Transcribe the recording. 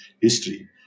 history